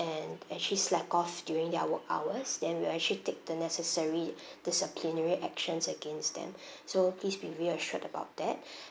and actually slacked off during their work hours then we'll actually take the necessary disciplinary actions against them so please be reassured about that